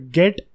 get